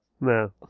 No